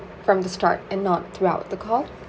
from the start and not throughout the call